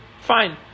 Fine